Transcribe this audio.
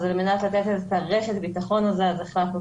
אז על מנת לתת לזה את רשת הביטחון הזו החלטנו